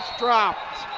dropped.